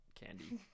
Candy